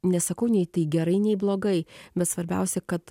nesakau nei tai gerai nei blogai bet svarbiausia kad